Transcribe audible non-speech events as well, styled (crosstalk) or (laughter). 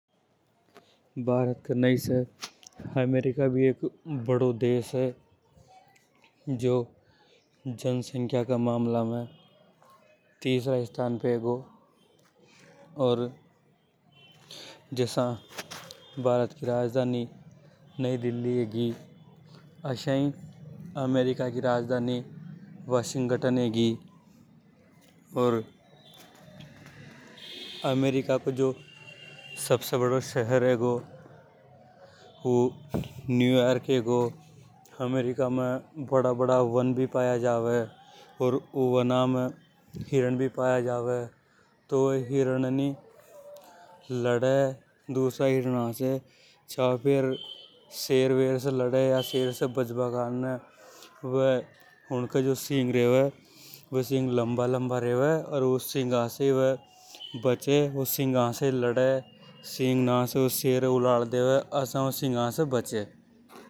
भारत के नई से अमेरिका भी बड़ों भार देश है। (noise) जो जनसंख्या का मामला में तीन स्थान पे है और जसा। (noise) भारत की राजधानी नई दिल्ली हे गी अस्या ही अमेरिका की राजधानी वॉशिंगटन होगी। (noise) अर अमेरिका को जो सबसे बड़ों शहर होगा ऊ न्यूयार्क है। अमेरिका में बड़ा बड़ा बन भी पाया जावे ओर ऊ बना में हिरन भी पाया जावे तो वे हिरन हे नि लड़े एक दूसरा हिरण से छाव फेर सेर वेर से लड़े। (noise) वे बच बा कारने उनके जो सिंघ रेवे जे लंबा लंबा रेवे सिंघा से ही वे बचे सिंघा से ही लड़े सिंह ना से ही वे सेर ये उलाल देवे। (unintelligible)